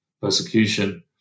persecution